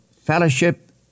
fellowship